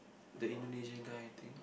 the Indonesian guy I think